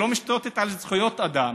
שלא מושתת על זכויות אדם,